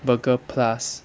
burger plus